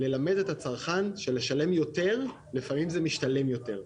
ללמד את הצרכן שלשלם יותר לפעמים זה משתלם יותר.